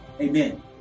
amen